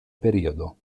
periodo